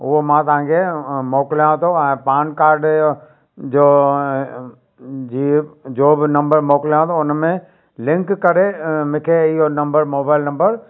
उहो मां तव्हांखे मोकलियाव थो ऐं पान कार्ड जो जी जो बि नम्बर मोकलियां थो उनमें लिंक करे मूंखे इहे नम्बर मोबाइल नम्बर